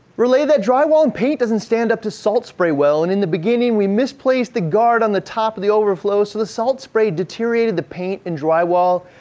relay that drywall and paint doesn't stand up to salt spray well and in the beginning we misplaced the guard on the top of the overflow so the salt spray deteriorated the paint and drywall.